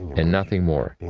and nothing more.